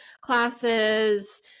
classes